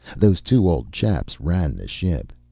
those two old chaps ran the ship.